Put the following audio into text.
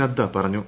നദ്ദ പറഞ്ഞു